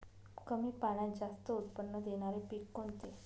कमी पाण्यात जास्त उत्त्पन्न देणारे पीक कोणते?